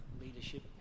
leadership